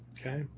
okay